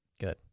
Good